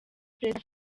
perezida